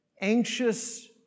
anxious